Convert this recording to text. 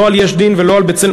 לא על "יש דין" ולא על "בצלם".